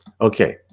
okay